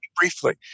briefly